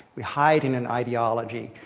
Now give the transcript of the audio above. we hide in an ideology,